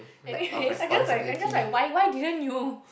anyways I just like I just like why why didn't you